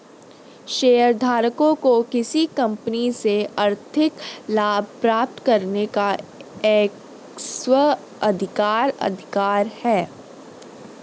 शेयरधारकों को किसी कंपनी से आर्थिक लाभ प्राप्त करने का एक स्व अधिकार अधिकार है